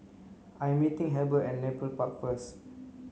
I meeting Heber at Nepal Park first